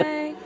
Bye